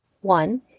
one